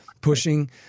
pushing